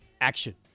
action